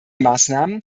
maßnahmen